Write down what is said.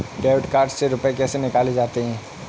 Debit card से रुपये कैसे निकाले जाते हैं?